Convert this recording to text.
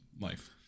life